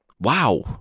Wow